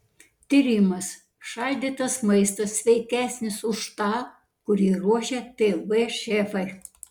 tyrimas šaldytas maistas sveikesnis už tą kurį ruošia tv šefai